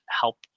help